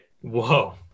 Whoa